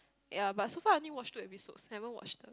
ya but so far I only watch two episodes never watch the